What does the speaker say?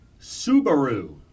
Subaru